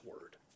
word